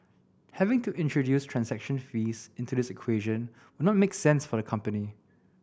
having to introduce transaction fees into this equation not make sense for the company